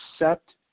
accept